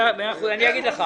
איך עושים.